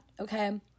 okay